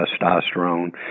testosterone